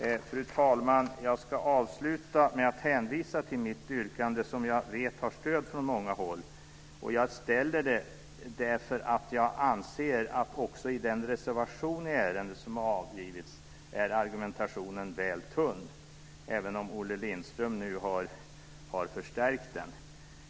Fru talman! Jag ska avsluta med att hänvisa till mitt yrkande, som jag vet har stöd från många håll. Jag ställer det därför att jag anser att argumentationen också i den reservation som har avgivits är väl tunn, även om Olle Lindström nu har förstärkt den.